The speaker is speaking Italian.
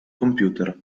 computer